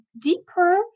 deeper